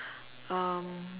um